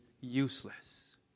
useless